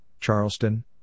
Charleston